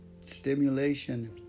Stimulation